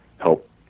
help